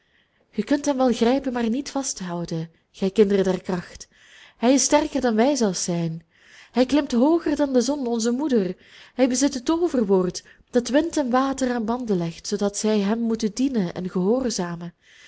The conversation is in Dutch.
ge kunt hem wel grijpen maar niet vasthouden gij kinderen der kracht hij is sterker dan wij zelfs zijn hij klimt hooger dan de zon onze moeder hij bezit het tooverwoord dat wind en water aan banden legt zoodat zij hem moeten dienen en gehoorzamen